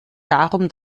darum